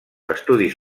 estudis